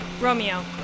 Romeo